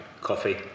coffee